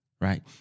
right